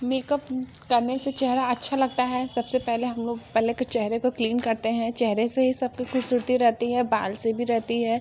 makeup करने से चेहरा अच्छा लगता है सब से पहले हम लोग पहले तो चेहरे को क्लीन करते हैं चेहरे से ही सब की ख़ूबसूरती रहती है बाल से भी रहती है